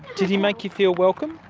did he make you feel welcome?